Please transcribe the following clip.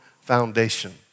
foundation